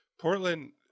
Portland